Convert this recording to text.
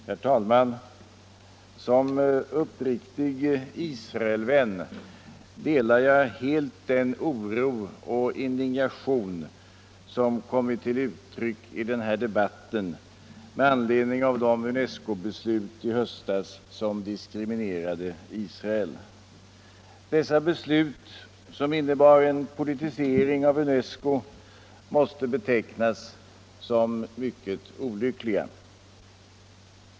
Herr talman! Som uppriktig Israelvän delar jag helt den indignation och oro som kommit till uttryck i denna debatt med anledning av de UNESCO-beslut i höstas som diskriminerade Israel. Dessa beslut, som innebar en politisering av UNESCO, måste betecknas som mycket olyckliga.